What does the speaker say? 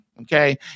Okay